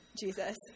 Jesus